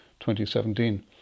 2017